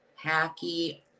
hacky